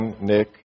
Nick